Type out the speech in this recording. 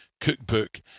cookbook